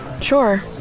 Sure